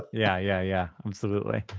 but yeah yeah, yeah. absolutely.